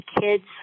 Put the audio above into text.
Kids